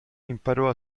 imparò